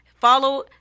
follow